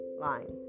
lines